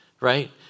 right